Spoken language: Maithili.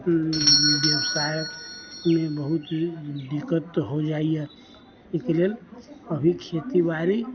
बेबसाइमे बहुत ही दिक्कत हो जाइए एहिके लेल अभी खेती बाड़ी